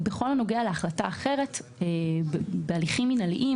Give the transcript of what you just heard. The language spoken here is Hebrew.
בכל הנוגע להחלטה אחרת בהליכים מינהליים,